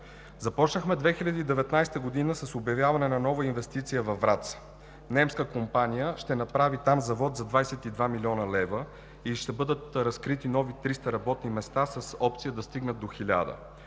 Започнахме 2019 г. с обявяване на нова инвестиция във Враца. Немска компания ще направи там завод за 22 млн. лв. и ще бъдат разкрити нови 300 работни места с опция да стигнат до 1000.